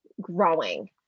growing